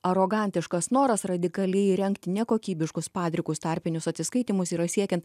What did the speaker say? arogantiškas noras radikaliai rengti nekokybiškus padrikus tarpinius atsiskaitymus yra siekiant